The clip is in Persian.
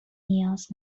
نیاز